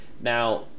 Now